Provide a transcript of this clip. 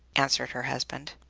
answered her husband.